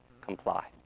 comply